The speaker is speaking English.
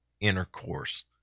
intercourse